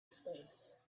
space